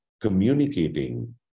communicating